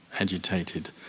agitated